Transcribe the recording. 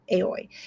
Aoi